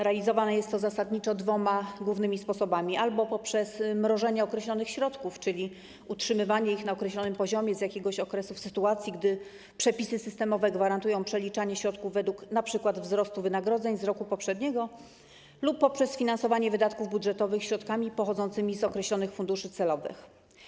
Realizowane jest to zasadniczo dwoma głównymi sposobami: albo poprzez mrożenie określonych środków, czyli utrzymywanie ich na określonym poziomie z jakiegoś okresu, w sytuacji gdy przepisy systemowe gwarantują przeliczanie środków np. według wzrostu wynagrodzeń z roku poprzedniego, albo poprzez finansowanie wydatków budżetowych środkami pochodzącymi z określonych funduszy celowych.